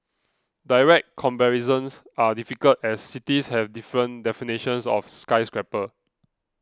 direct comparisons are difficult as cities have different definitions of skyscraper